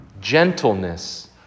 gentleness